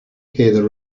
hear